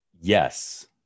Yes